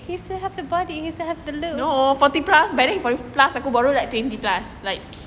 no forty plus but then he plus aku baru like twenty plus like